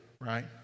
right